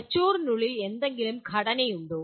തലച്ചോറിനുള്ളിൽ എന്തെങ്കിലും ഘടനയുണ്ടോ